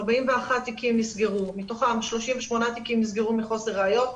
41 תיקים נסגרו מתוכם 38 תיקים נסגרו מחוסר ראיות,